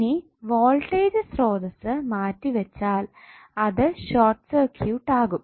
ഇനി വോൾട്ടേജ് സ്രോതസ്സ് മാറ്റി വെച്ചാൽ അത് ഷോർട്ട് സർക്യൂട്ട് ആകും